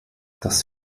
das